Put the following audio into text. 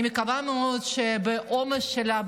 אני מקווה מאוד שבעומס שלה,